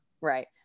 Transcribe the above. Right